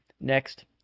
next